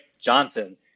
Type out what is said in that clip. Johnson